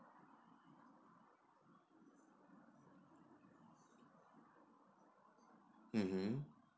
mmhmm